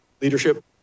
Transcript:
leadership